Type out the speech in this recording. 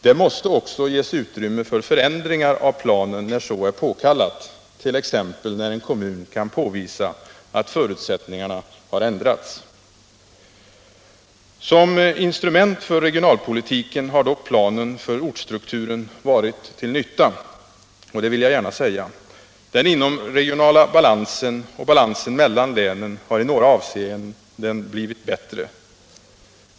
Det måste också ges utrymme för förändringar av planen när så är påkallat, t.ex. när en kommun kan påvisa att förutsättningarna har ändrats. Som instrument för regionalpolitiken har dock planen för ortsstrukturen varit till nytta. Det vill jag gärna betona. Den inomregionala balansen och balansen mellan länen har i några avseenden blivit bättre.